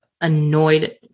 annoyed